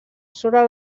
sobre